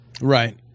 right